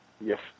Yes